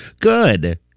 Good